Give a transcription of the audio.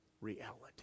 reality